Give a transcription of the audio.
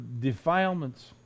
defilements